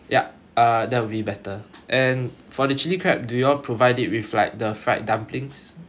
yup uh that would be better and for the chilli crab do y'all provide it with like the fried dumplings